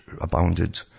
abounded